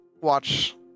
watch